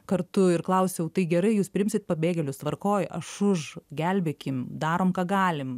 kartu ir klausiau tai gerai jūs priimsit pabėgėlius tvarkoj aš už gelbėkim darom ką galim